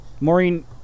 Maureen